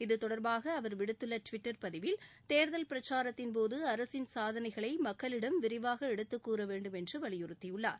இத்தொடர்பாக அவர் விடுத்துள்ள ட்விட்டர் பதிவில் தேர்தல் பிரச்சாரத்தின் போது அரசின் சாதனைகளை மக்களிடம் விரிவாக எடுத்து கூற வேண்டும் என்று வலியுறுத்தியுள்ளார்